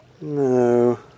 No